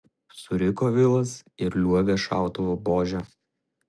suriko vilas ir liuobė šautuvo buože